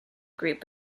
group